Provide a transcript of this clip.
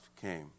came